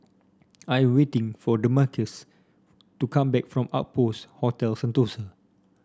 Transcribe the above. I am waiting for the Damarcus to come back from Outpost Hotel Sentosa